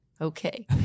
okay